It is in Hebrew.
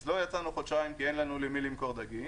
אז לא יצאנו חודשיים כי אין לנו למי למכור דגים.